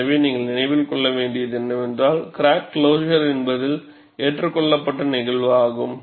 எனவே நீங்கள் நினைவில் கொள்ள வேண்டியது என்னவென்றால் கிராக் க்ளோஸர் என்பது ஏற்றுக்கொள்ளப்பட்ட நிகழ்வு ஆகும்